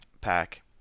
pack